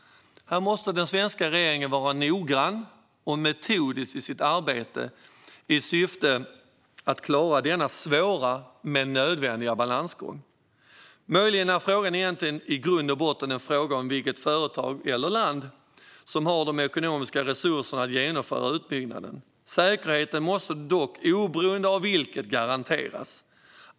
Den svenska regeringen måste vara noggrann och metodisk i sitt arbete i syfte att klara denna svåra men nödvändiga balansgång. Möjligen är frågan i grund och botten vilket företag eller land som har de ekonomiska resurserna för att genomföra utbyggnaden. Säkerheten måste dock, oberoende av vilket, garanteras.